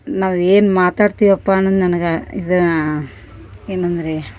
ನಾವು ಏನು ಮಾತಾಡ್ತಿವಪ್ಪ ಅನ್ನದು ನನಗ ಇದಾ ಏನಂದರೆ